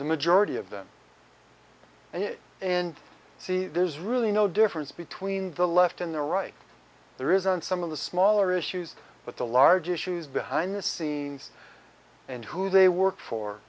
the majority of them and it and see there is really no difference between the left and the right there is on some of the smaller issues but the large issues behind the scenes and who they work for